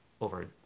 over